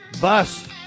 bus